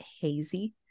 hazy